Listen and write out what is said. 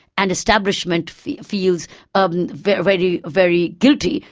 and establishment feels um very. very very guilty,